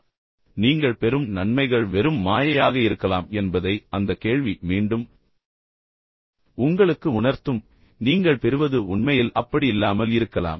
எனவே நீங்கள் பெறும் நன்மைகள் வெறும் மாயையாக இருக்கலாம் என்பதை அந்த கேள்வி மீண்டும் உங்களுக்கு உணர்த்தும் நீங்கள் பெறுவது உண்மையில் அப்படி இல்லாமல் இருக்கலாம்